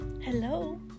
Hello